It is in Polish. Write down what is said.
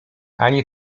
ani